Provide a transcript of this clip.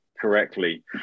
correctly